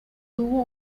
tuvo